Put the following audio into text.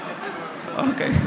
אוקיי.